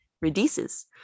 reduces